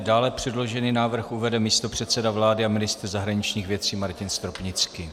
Dále předložený návrh uvede místopředseda vlády a ministr zahraničních věcí Martin Stropnický.